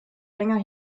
länger